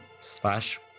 slash